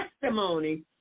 testimony